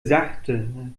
sachte